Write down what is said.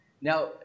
Now